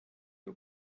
aux